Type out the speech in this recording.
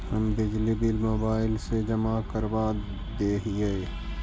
हम बिजली bill mobile से जमा करवा देहियै?